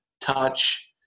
touch